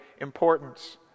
importance